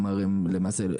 למעשה,